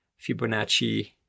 Fibonacci